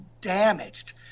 damaged